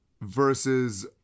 versus